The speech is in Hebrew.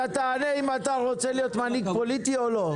אתה תענה אם אתה רוצה להיות מנהיג פוליטי או לא.